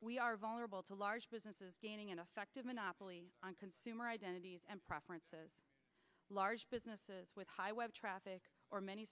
we are vulnerable to large businesses gaining in effect a monopoly on consumer identities and preferences large businesses with high web traffic or many